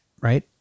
right